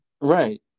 Right